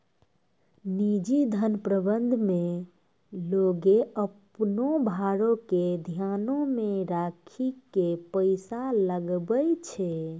निजी धन प्रबंधन मे लोगें अपनो भारो के ध्यानो मे राखि के पैसा लगाबै छै